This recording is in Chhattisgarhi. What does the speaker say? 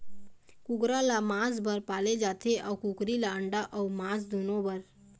कुकरा ल मांस बर पाले जाथे अउ कुकरी ल अंडा अउ मांस दुनो बर